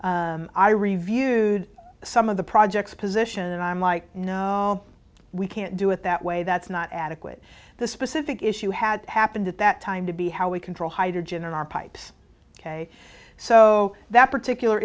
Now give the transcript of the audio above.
reviewed some of the projects position and i'm like no we can't do it that way that's not adequate the specific issue had happened at that time to be how we control hydrogen in our pipes so that particular